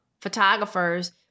photographers-